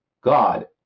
God